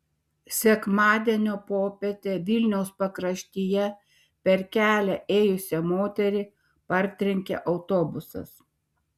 sekmadienio popietę vilniaus pakraštyje per kelią ėjusią moterį partrenkė autobusas